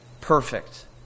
perfect